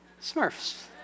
Smurfs